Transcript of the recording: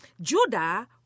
Judah